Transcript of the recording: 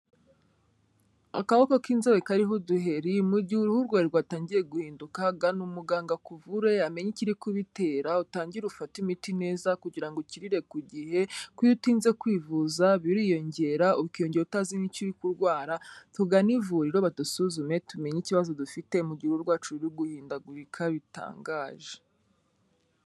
Akaboko k'inzobe kariho uduhereri, mu gihe uruhu rwawe rwatangiye guhinduka gana umuganga akuvure amenya ikiri kubitera utangire ufate imiti neza kugira ukiririre ku gihe, kuko iyo utinze kwivuza biriyongera ukiyongera utazi n'icyo uri kurwara. Tugane ivuriro badusuzume tumenye ikibazo dufite mu gihe uruhu rwacu ruri guhindagurika bitangaje.